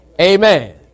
Amen